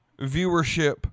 viewership